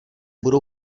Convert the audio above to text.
budou